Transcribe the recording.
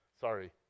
Sorry